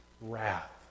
wrath